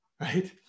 right